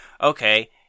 okay